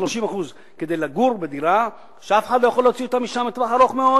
30% כדי לגור בדירה שאף אחד לא יכול להוציא אותם ממנה לטווח ארוך מאוד,